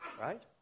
right